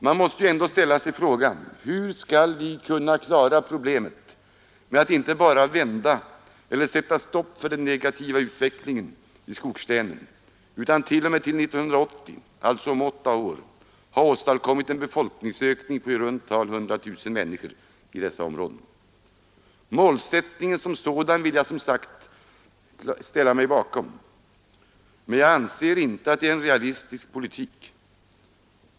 Man måste ju ändå s älla sig frågan: Hur skall vi kunna klara problemet med att inte bara vända eller sätta stopp för den negativa befolkningsutvecklingen i skogslänen utan t.o.m. 1980 alltså om åtta år — ha åstadkommit en befolkningsökning på i runt tal 100 000 niskor i dessa områden? Målsättningen som sådan vill jag som sagt ställa mig bakom, men jag anser inte att det är en realistisk politik.